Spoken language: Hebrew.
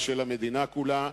ושל המדינה כולה,